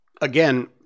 Again